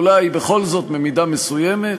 או אולי בכל זאת במידה מסוימת,